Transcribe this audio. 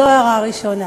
זאת הערה ראשונה.